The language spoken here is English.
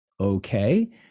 okay